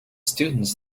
students